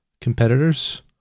competitors